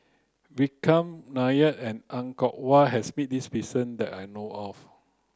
Vikram Nair and Er Kwong Wah has met this that I know of